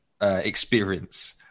experience